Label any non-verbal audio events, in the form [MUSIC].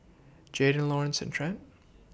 Jaden Laurance and Trent [NOISE]